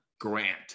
grant